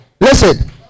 Listen